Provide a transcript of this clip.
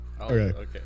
Okay